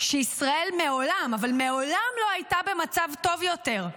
שישראל מעולם, אבל מעולם, לא הייתה במצב טוב יותר.